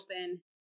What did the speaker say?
open